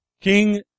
King